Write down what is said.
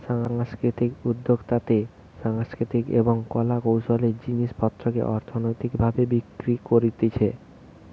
সাংস্কৃতিক উদ্যোক্তাতে সাংস্কৃতিক এবং কলা কৌশলের জিনিস পত্রকে অর্থনৈতিক ভাবে বিক্রি করতিছে